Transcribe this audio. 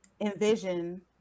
envision